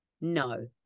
no